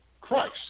Christ